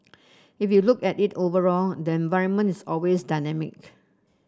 if you look at it overall then environment is always dynamic